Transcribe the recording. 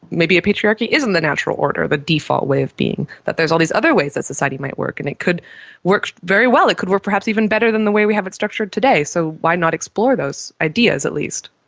maybe a patriarchy isn't the natural order, the default way of being, that there's all these other ways that society might work, and it could work very well, it could work perhaps even better than the way we have it structured today, so why not explore those ideas at least.